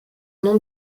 nom